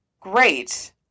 great